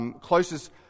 closest